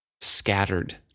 scattered